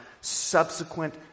subsequent